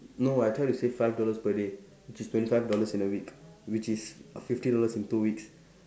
no I try to save five dollars per day which is twenty five dollars in a week which is fifty dollars in two weeks